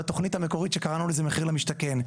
בתוכנית המקורית שקראנו לזה המחיר למשתכן.